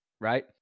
right